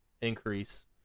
increase